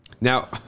Now